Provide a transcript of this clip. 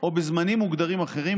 או בזמנים מוגדרים אחרים,